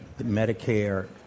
Medicare